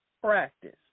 practice